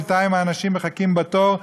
בינתיים אנשים מחכים בתור,